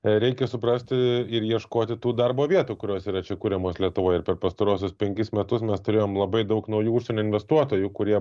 reikia suprasti ir ieškoti tų darbo vietų kurios yra čia kuriamos lietuvoj ir per pastaruosius penkis metus mes turėjom labai daug naujų užsienio investuotojų kurie